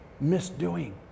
misdoing